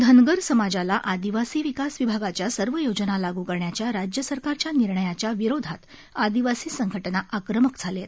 धनगर समाजाला आदिवासी विकास विभागाच्या सर्व योजना लाग् करण्याच्या राज्य सरकारच्या निर्णयाच्या विरोधात आदिवासी संघटना आक्रमक झाल्या आहेत